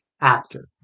actor